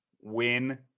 win